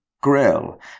grill